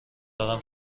دارم